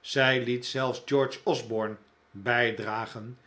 zij liet zelfs george osborne bijdragen